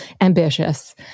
Ambitious